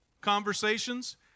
conversations